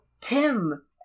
Tim